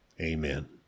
Amen